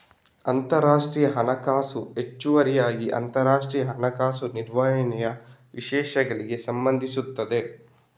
ಅಂತರರಾಷ್ಟ್ರೀಯ ಹಣಕಾಸು ಹೆಚ್ಚುವರಿಯಾಗಿ ಅಂತರರಾಷ್ಟ್ರೀಯ ಹಣಕಾಸು ನಿರ್ವಹಣೆಯ ವಿಷಯಗಳಿಗೆ ಸಂಬಂಧಿಸಿದೆ